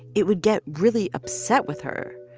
it would get really upset with her.